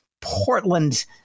Portland